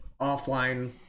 offline